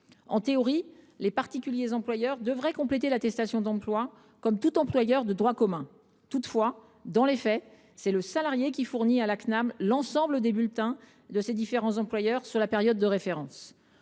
En théorie, les particuliers employeurs devraient compléter l’attestation d’emploi comme tout employeur de droit commun. Toutefois, dans les faits, c’est le salarié qui fournit à la Cnam l’ensemble des bulletins de ses différents employeurs sur la période de référence.